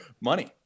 Money